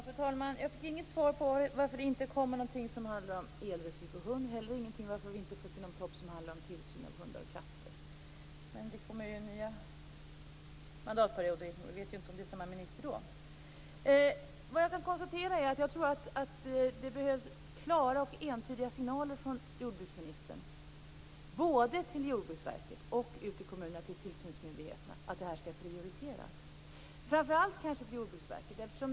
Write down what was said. Fru talman! Jag fick inget svar på frågan varför det inte kommer något som handlar om eldressyr av hund och inte heller något om varför vi inte får en proposition om tillsyn av hundar och katter. Men det kommer ju nya mandatperioder, även om vi inte vet om vi då kommer att ha samma minister. Jag tror att det behövs klara och entydiga signaler från jordbruksministern, både till Jordbruksverket och ut till kommunernas tillsynsmyndigheter, om att det här skall prioriteras. Framför allt gäller det kanske Jordbruksverket.